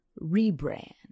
rebrand